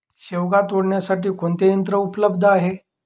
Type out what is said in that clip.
शेवगा तोडण्यासाठी कोणते यंत्र उपलब्ध आहे?